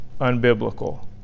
unbiblical